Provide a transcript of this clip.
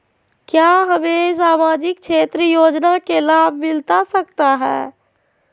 क्या हमें सामाजिक क्षेत्र योजना के लाभ मिलता सकता है?